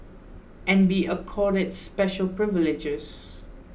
and be accorded special privileges